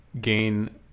gain